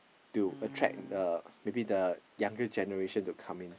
to attract the maybe the younger generation to come in